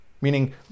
meaning